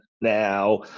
now